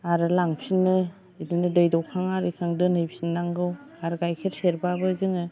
आरो लांफिनो बिदिनो दै दौखां आरिखां दोनहैफिननांगौ आरो गाइखेर सेरबाबो जोङो